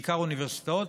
בעיקר באוניברסיטאות,